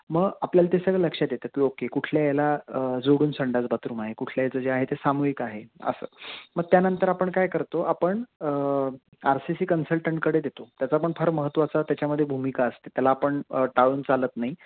मग आपल्याला ते सगळं लक्ष येतं की ओके कुठल्या याला जोडून संडास बाथरूम आहे कुठल्याचं जे आहे ते सामूहिक आहे असं मग त्यानंतर आपण काय करतो आपण आर सी सी कन्सल्टंटकडे देतो त्याचा पण फार महत्त्वाचा त्याच्यामध्ये भूमिका असते त्याला आपण टाळून चालत नाही